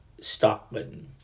Stockman